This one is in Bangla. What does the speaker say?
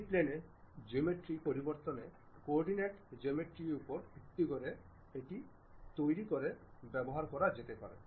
সেখান থেকেসেন্টারে কিছু আরবিট্রারি স্কয়ার আমি ব্যবহার করতে যাচ্ছি